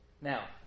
Now